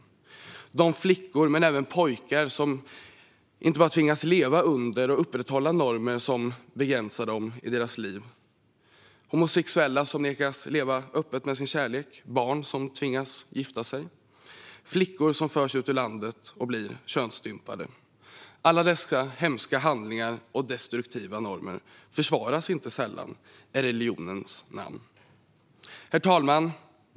Vi ser det hos de flickor, men även pojkar, som inte bara tvingas leva under utan också upprätthålla normer som begränsar dem i deras liv. Homosexuella nekas leva öppet med sin kärlek. Barn tvingas gifta sig. Flickor förs ut ur landet och blir könsstympade. Alla dessa hemska handlingar och destruktiva normer försvaras inte sällan i religionens namn. Herr talman!